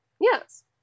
yes